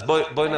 אז בואי נעצור.